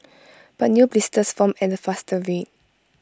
but new blisters formed at A faster rate